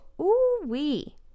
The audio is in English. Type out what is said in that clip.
Ooh-wee